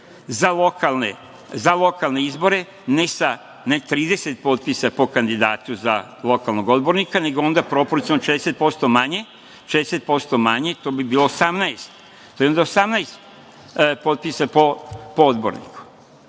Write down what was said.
Za lokalne izbore ne 30 potpisa po kandidatu za lokalnog odbornika, nego onda proporcijalno 60% manje, to bi bilo 18, to je onda 18 potpisa po odborniku. Kažem,